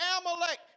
Amalek